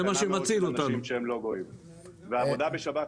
בעבודה בשבת,